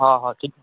हा हा ठीकु